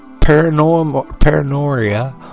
paranoia